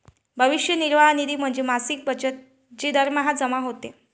भविष्य निर्वाह निधी म्हणजे मासिक बचत जी दरमहा जमा होते